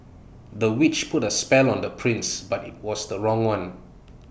the witch put A spell on the prince but IT was the wrong one